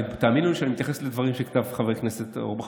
תאמינו לי שאני מתייחס לדברים שכתב חבר הכנסת אורבך